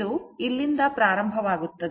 ಇದು ಇಲ್ಲಿಂದ ಪ್ರಾರಂಭವಾಗುತ್ತದೆ